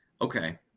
Okay